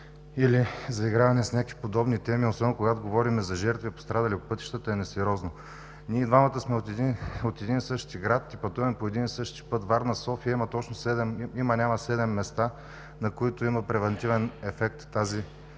или заиграване на някакви подобни теми, а особено когато говорим за жертви и пострадали по пътищата, е несериозно. Ние и двамата сме от един и същи град и пътуваме по един и същи път – Варна-София, и има-няма седем места, на които има превантивен ефект тази